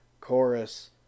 chorus